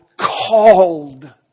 called